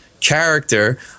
character